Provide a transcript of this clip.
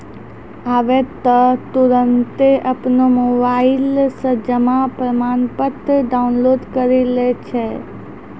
आबै त तुरन्ते अपनो मोबाइलो से जमा प्रमाणपत्र डाउनलोड करि लै छै